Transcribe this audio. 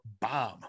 bomb